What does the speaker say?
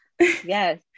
yes